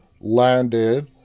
landed